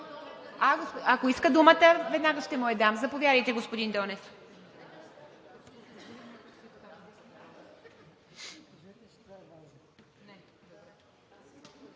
Ако иска думата, веднага ще му я дам. Заповядайте, господин Донев.